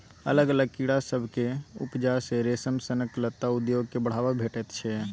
अलग अलग कीड़ा सभक उपजा सँ रेशम सनक लत्ता उद्योग केँ बढ़ाबा भेटैत छै